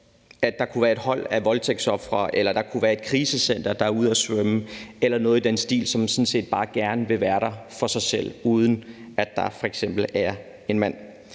at der kunne være et hold af voldtægtsofre, eller der kunne være et krisecenter, der er ude at svømme, eller noget i den stil, og som sådan set bare gerne vil være der for sig selv, uden at der f.eks. er en mand.